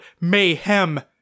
Mayhem